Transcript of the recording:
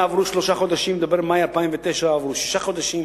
אפילו במאי 2009 הכנסת עסקה בעניין,